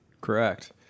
Correct